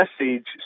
message